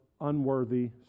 unworthy